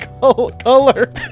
color